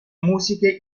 musiche